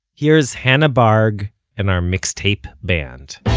here's hannah barg and our mixtape band